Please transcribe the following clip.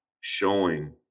showing